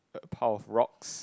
a pile of rocks